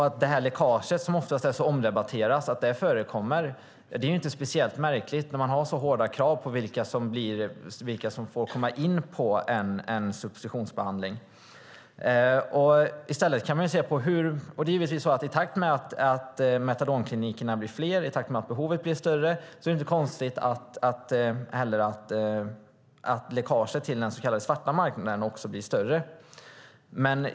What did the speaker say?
Att det läckage som ofta är så omdebatterat förekommer är inte speciellt märkligt när man har så hårda krav på vilka som får komma in i en substitutionsbehandling. Det är givetvis så att i takt med att metadonklinikerna blir fler och behovet blir större är det inte konstigt att läckaget till den så kallade svarta marknaden också blir större.